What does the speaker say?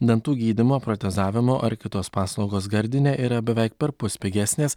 dantų gydymo protezavimo ar kitos paslaugos gardine yra beveik perpus pigesnės